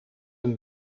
een